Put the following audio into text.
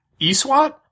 ESWAT